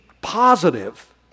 positive